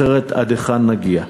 אחרת עד היכן נגיע.